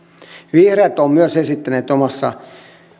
vihreät ovat myös esittäneet omassa